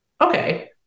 okay